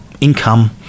income